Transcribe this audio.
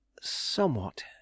Somewhat